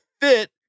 fit